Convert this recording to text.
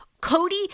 Cody